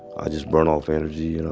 i just burn off energy, you know,